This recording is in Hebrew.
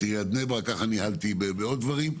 עיריית בני ברק וככה ניהלתי עוד דברים.